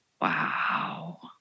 wow